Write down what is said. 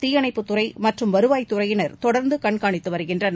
தீயணைப்புத் துறை மற்றும் வருவாய்த் துறையினர் தொடர்ந்து கண்காணித்து வருகின்றனர்